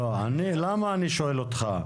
למה אני שואל אותך?